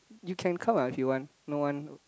you can come ah if you want no one